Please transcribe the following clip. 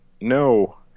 No